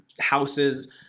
houses